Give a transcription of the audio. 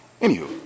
Anywho